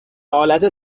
آلت